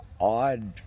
odd